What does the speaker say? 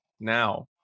now